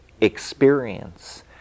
experience